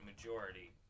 majority